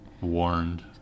Warned